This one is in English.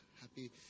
Happy